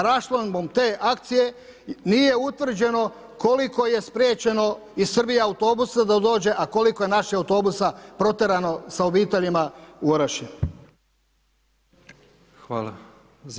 Raščlambom te akcije nije utvrđeno koliko je spriječeno iz Srbije autobusa da dođe a koliko je naših autobusa protjerano sa obiteljima u Orašje.